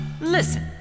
Listen